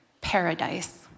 paradise